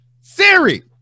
siri